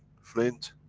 flint.